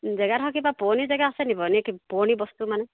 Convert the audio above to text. জেগাডোখৰত কিবা পুৰণি জেগা আছে নেকি বাৰু এনেই কি পুৰণি বস্তু মানে